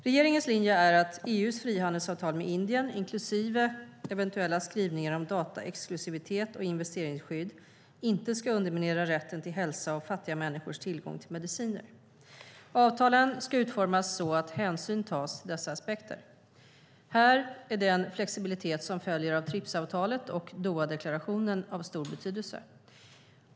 Regeringens linje är att EU:s frihandelsavtal med Indien, inklusive eventuella skrivningar om dataexklusivitet och investeringsskydd, inte ska underminera rätten till hälsa och fattiga människors tillgång till mediciner. Avtalen ska utformas så att hänsyn tas till dessa aspekter. Här är den flexibilitet som följer av TRIPS-avtalet och Dohadeklarationen av stor betydelse.